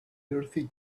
thirty